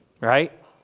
right